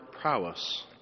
prowess